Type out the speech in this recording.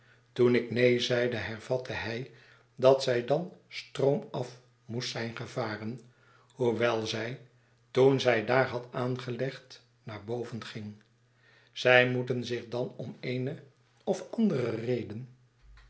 toen ik neen zeide hervatte hij dat zij dan stroomaf moest zijn gevaren hoewel zij toen zij daar had aangelegd naar boven ging zij moeten zich dan omeene of anderereden